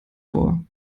vor